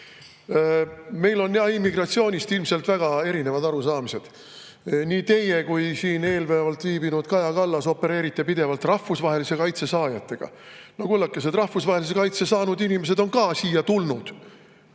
Meil on immigratsioonist ilmselt väga erinevad arusaamised. Nii teie kui ka siin eelnevalt viibinud Kaja Kallas opereerite pidevalt rahvusvahelise kaitse saajatega. No kullakesed, rahvusvahelise kaitse saanud inimesed on ka siia tulnud